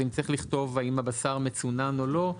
זה האם צריך לכתוב האם הבשר מצונן או לא,